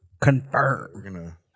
confirm